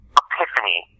epiphany